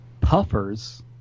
puffers